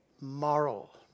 moral